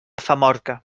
famorca